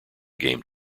game